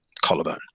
collarbone